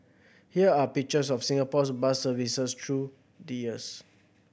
here are pictures of Singapore's bus services through the years